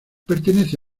pertenece